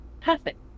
Perfect